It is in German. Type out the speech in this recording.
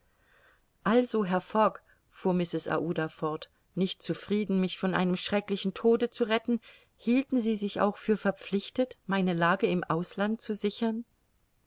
also herr fogg fuhr mrs aouda fort nicht zufrieden mich von einem schrecklichen tode zu retten hielten sie sich auch für verpflichtet meine lage im ausland zu sichern